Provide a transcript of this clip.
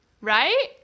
Right